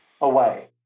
away